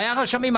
היו הרשמים.